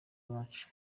iwacu